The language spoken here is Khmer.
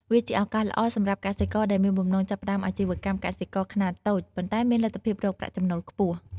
វាជាឱកាសល្អសម្រាប់កសិករដែលមានបំណងចាប់ផ្តើមអាជីវកម្មកសិកម្មខ្នាតតូច ប៉ុន្តែមានលទ្ធភាពរកប្រាក់ចំណូលខ្ពស់។